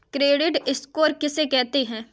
Credit score किसे कहते हैं?